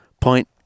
point